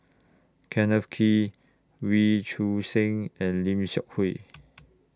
Kenneth Kee Wee Choon Seng and Lim Seok Hui